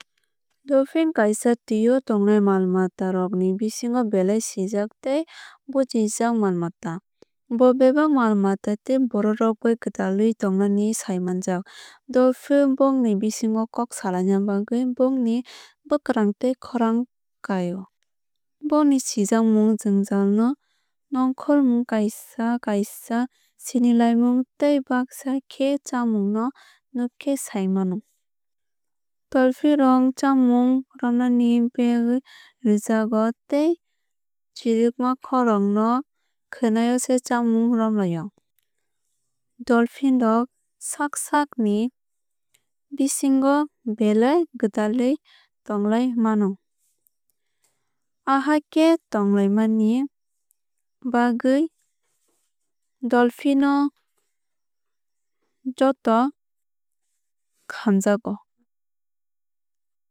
Dolphine kaisa tui o tongnai mal mata rok bisingo belai sijak tei bujijak mal mata. Bo bebak mal mata tei borok rok bai gwdalwui tongnani sai manjak. Dolphines bongni bisingo kok slaina bagwui bongni bwkrang tei khorang khai o. Bongni sijakmung jwngjal ni nongkhormung kaisa kasia sinilaimung tei bagsa khe chamung no nuk khe sai mano. Dolphine rok chamung romnani bagwui chirigo tei chirwgma khorang no khwnai o se chamung rom lai o. Dolphine rok sak sak ni bisingo belai gwdalawui tonglai mano. Ahai khe tonglamaini bagwui dolphin no jotono hamjago.